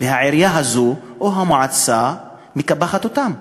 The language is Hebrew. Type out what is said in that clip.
והעירייה הזאת או המועצה מקפחת אותם,